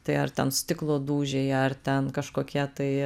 tai ar ten stiklo dūžiai ar ten kažkokie tai